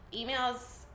emails